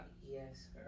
Yes